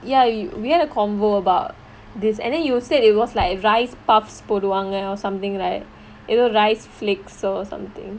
ya we had a coversation about this and then you said it was like rice puffs போடுவாங்க:poduvaanga or something right either rice flakes or something